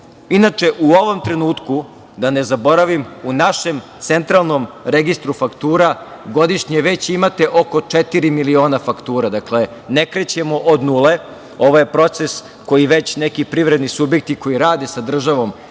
u ovom trenutku, da ne zaboravim, u našem Centralnom registru faktura godišnje već imate oko četiri miliona faktura. Dakle, ne krećemo od nule, ovo je proces koji već neki privredni subjekti koji rade sa državom